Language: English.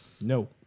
no